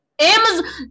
Amazon